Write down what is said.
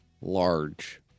large